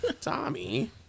Tommy